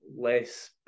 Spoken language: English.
less